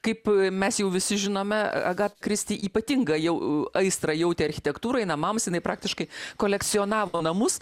kaip mes jau visi žinome agata kristi ypatingai aistrą jautė architektūrai namams jinai praktiškai kolekcionavo namus